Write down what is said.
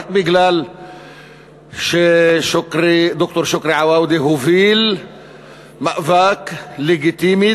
רק משום שד"ר שוכרי עואדה הוביל מאבק לגיטימי,